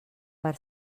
per